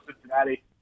Cincinnati